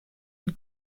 une